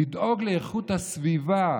לדאוג לאיכות הסביבה.